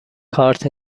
کارت